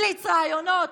בליץ ראיונות,